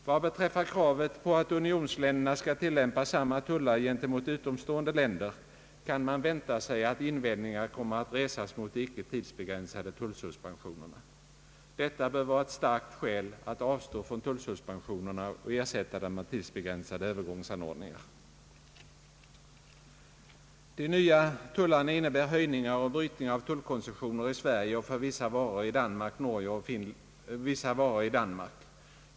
Vad beträffar kravet på att unionsländerna skall tillämpa samma tullar gentemot utomstående länder kan man vänta sig att invändningar kommer att resas mot de icke tidsbegränsade tullsuspensionerna. Detta bör vara ett starkt skäl att avstå från tullsuspensionerna och ersätta dem med tidsbegränsade övergångsanordningar. De nya tullarna innebär höjningar och brytning av tullkoncessioner i Sverige och för vissa varor i Danmark.